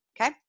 Okay